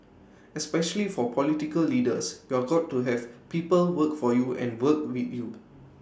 especially for political leaders you've got to have people work for you and work with you